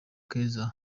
keza